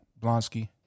Blonsky